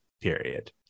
Period